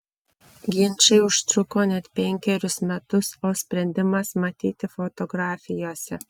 ginčai užtruko net penkerius metus o sprendimas matyti fotografijose